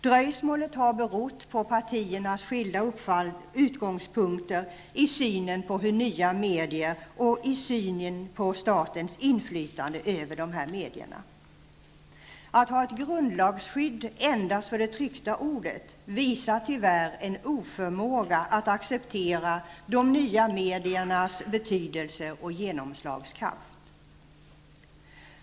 Dröjsmålet har berott på partiernas skilda utgångspunkter i synen på nya medier och synen på statens inflytande över dessa medier. Att ha ett grundlagsskydd endast för det tryckta ordet visar tyvärr en oförmåga att acceptera de nya mediernas betydelse och genomslagskraft.